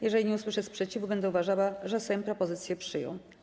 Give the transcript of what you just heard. Jeżeli nie usłyszę sprzeciwu, będę uważała, że Sejm propozycję przyjął.